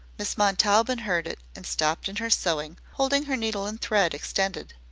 miss montaubyn heard it and stopped in her sewing, holding her needle and thread extended.